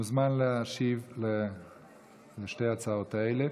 מוזמן להשיב במשולב על שתי ההצעות האלה,